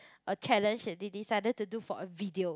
a challenge that they decided to do for a video